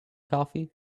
coffee